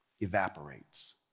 evaporates